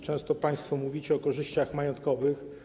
Często państwo mówicie o korzyściach majątkowych.